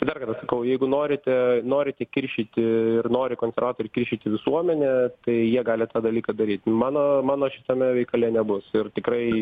dar kartą sakau jeigu norite norite kiršyti ir nori konservatoriai kiršyti visuomenę kai jie gali tą dalyką daryt mano mano šitame veikale nebus ir tikrai